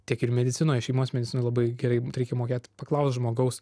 tiek ir medicinoj šeimos medicinoj labai gerai reikia mokėt paklaust žmogaus